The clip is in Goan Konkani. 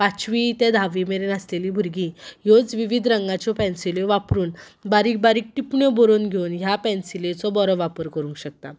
पांचवी ते धावी मेरेन आसलेली बुरगीं ह्योच विवीद रंगाच्यो पेन्सिली वापरून बारीक बारीक टिपण्यो बरोवन घेवन ह्या पेन्सिलीचो बरो वापर करूंक शकता